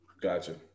Gotcha